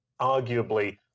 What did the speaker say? arguably